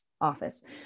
office